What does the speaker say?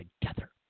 together